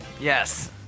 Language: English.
Yes